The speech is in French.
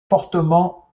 fortement